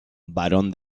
barón